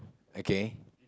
okay